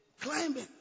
Climbing